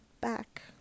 back